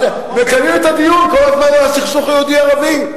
מקיימים את הדיון כל הזמן על הסכסוך היהודי ערבי.